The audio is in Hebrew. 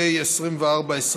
פ/2424.